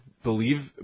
Believe